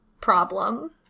problem